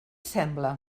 sembla